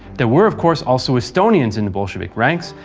there were of course also estonians in bolshevik ranks,